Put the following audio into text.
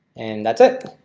and that's it.